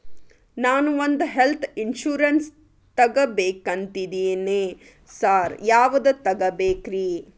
ನಾನ್ ಒಂದ್ health insurance ತಗಬೇಕಂತಿದೇನಿ sir ಯಾವದ ತಗಬೇಕ್ರಿ?